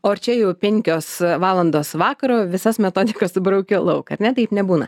o ar čia jau penkios valandos vakaro visas metodikas braukiu lauk ar ne taip nebūna